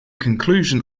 conclusion